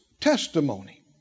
testimony